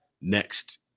next